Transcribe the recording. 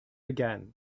again